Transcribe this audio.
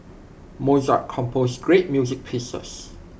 Mozart composed great music pieces